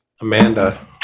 Amanda